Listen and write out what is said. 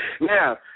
Now